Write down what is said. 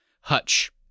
hutch